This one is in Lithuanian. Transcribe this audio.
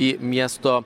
į miesto